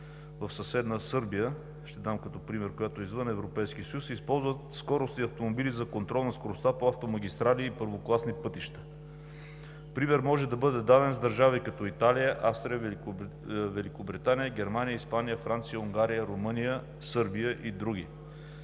съседна Сърбия, която е извън Европейския съюз, използват скоростни автомобили за контрол на скоростта по автомагистрали и първокласни пътища. Пример може да бъде даден и с държави като Италия, Австрия, Великобритания, Германия, Испания, Франция, Унгария, Румъния, Сърбия и други.